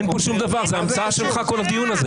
זה המצאה שלך כל הדיון הזה.